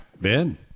Ben